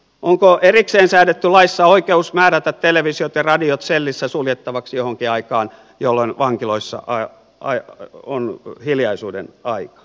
onko erikseen säädetty laissa oikeus määrätä televisiot ja radiot sellissä suljettavaksi johonkin aikaan jolloin vankiloissa on hiljaisuuden aika